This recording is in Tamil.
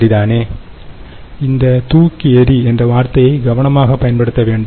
சரிதானே இந்த தூக்கி எறி என்ற வார்த்தையை கவனமாகப் பயன்படுத்த வேண்டும்